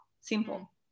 simple